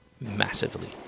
massively